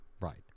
Right